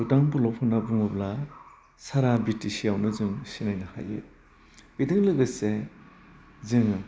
बुदां बलब होन्ना बुङोब्ला सारा बिटिसियावनो जों सिनायनो हायो बेदों लोगोसे जोङो